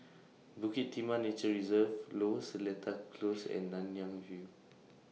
Bukit Timah Nature Reserve Lower Seletar Close and Nanyang View